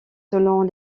selon